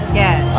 yes